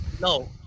No